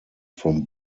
from